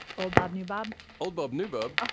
old bob, new bob, old bob, new bob.